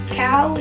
cow